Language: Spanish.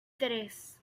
tres